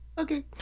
Okay